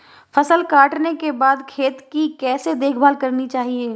फसल काटने के बाद खेत की कैसे देखभाल करनी चाहिए?